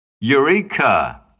Eureka